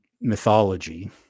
mythology